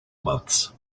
months